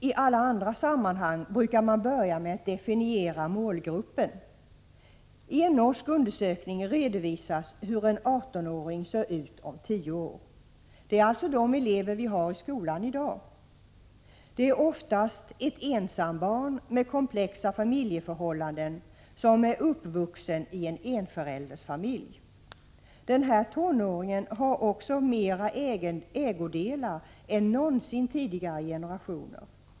IT alla andra sammanhang brukar man börja med att definiera målgruppen. I en norsk undersökning redovisas hur en 18-åring ser ut om tio år. Det är alltså de elever vi har i skolan i dag. Det är oftast ett ensambarn med komplexa familjeförhållanden, uppvuxen i en enföräldersfamilj. Den här tonåringen har också fler ägodelar än tidigare generationer någonsin haft.